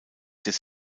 des